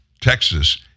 Texas